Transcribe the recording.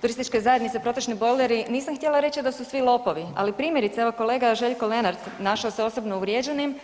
turističke zajednice protočni bojleri, nisam htjela reći da su svi lopovi, ali primjerice evo kolega Željko Lenart našo se osobno uvrijeđenim.